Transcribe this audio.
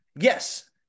Yes